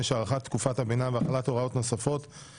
91 והוראת שעה) (בתי משפט קהילתיים),